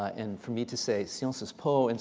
and for me to say sciences po, and